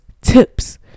tips